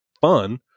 fun